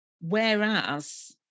Whereas